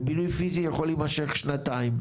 ובינוי פיזי יכול להימשך שנתיים,